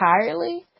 entirely